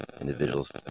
individuals